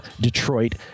Detroit